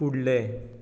फुडलें